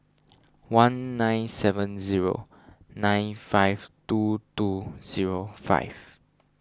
one nine seven zero nine five two two zero five